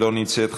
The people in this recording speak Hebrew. לא נמצאת,